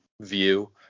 view